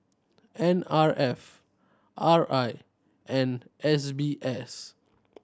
N R F R I and S B S